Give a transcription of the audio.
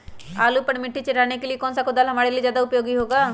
आलू पर मिट्टी चढ़ाने के लिए कौन सा कुदाल हमारे लिए ज्यादा उपयोगी होगा?